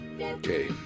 Okay